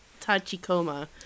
tachikoma